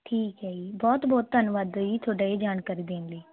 ਠੀਕ ਹ ਜੀ ਬਹੁਤ ਬਹੁਤ ਧੰਨਵਾਦ ਜੀ ਤੁਹਾਡਾ ਇਹ ਜਾਣਕਾਰੀ ਦੇਣ ਲਈ